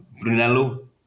Brunello